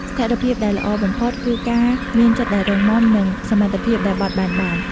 ស្ថិរភាពដែលល្អបំផុត គឺការមានចិត្តដែលរឹងមាំ និងសមត្ថភាពដែលបត់បែនបាន។